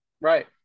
Right